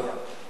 שלוש דקות.